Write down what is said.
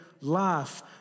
life